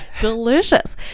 delicious